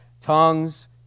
tongues